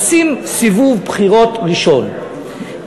עושים סיבוב בחירות ראשון,